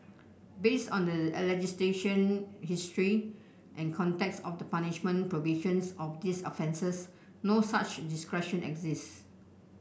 based on the legislation history and context of the punishment provisions of these offences no such discretion exists